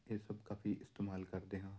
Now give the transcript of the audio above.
ਇਹ ਸਭ ਕਾਫੀ ਇਸਤੇਮਾਲ ਕਰਦੇ ਹਾਂ